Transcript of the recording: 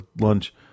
lunch